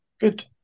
Good